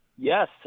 Yes